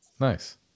nice